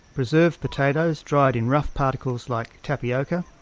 preserved potatoes dried in rough particles like tapioca,